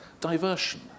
diversion